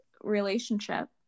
relationship